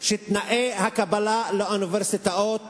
שתנאי הקבלה לאוניברסיטאות